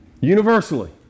Universally